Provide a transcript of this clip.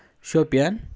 Shopian